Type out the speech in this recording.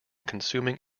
consuming